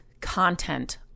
content